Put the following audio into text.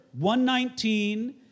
119